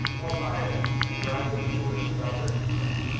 or buy them, and drive them to it without their consent.